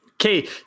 Okay